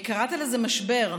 קראת לזה "משבר".